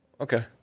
Okay